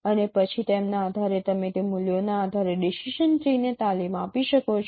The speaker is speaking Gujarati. અને પછી તેમના આધારે તમે તે મૂલ્યોના આધારે ડિસિજન ટ્રી ને તાલીમ આપી શકો છો